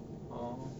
orh